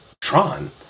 Tron